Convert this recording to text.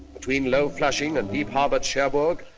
between low flushing and deep-harbored cherbourg,